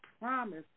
promise